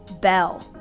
Bell